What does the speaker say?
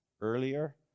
earlier